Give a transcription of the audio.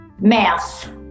math